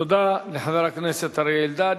תודה לחבר הכנסת אריה אלדד.